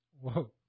Whoa